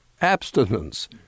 abstinence